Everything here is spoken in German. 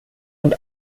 und